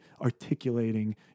articulating